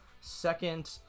second